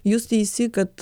jūs teisi kad